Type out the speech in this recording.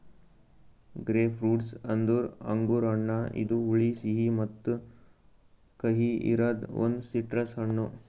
grapefruit ಅಂದುರ್ ಅಂಗುರ್ ಹಣ್ಣ ಇದು ಹುಳಿ, ಸಿಹಿ ಮತ್ತ ಕಹಿ ಇರದ್ ಒಂದು ಸಿಟ್ರಸ್ ಹಣ್ಣು